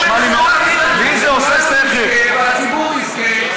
כולנו נזכה, והציבור יזכה.